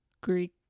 Greek